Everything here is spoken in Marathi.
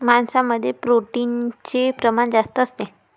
मांसामध्ये प्रोटीनचे प्रमाण जास्त असते